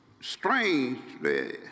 Strangely